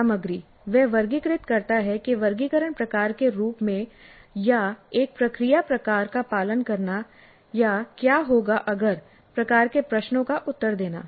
सामग्री वह वर्गीकृत करता है कि वर्गीकरण प्रकार के रूप में या एक प्रक्रिया प्रकार का पालन करना या क्या होगा अगर प्रकार के प्रश्नों का उत्तर देना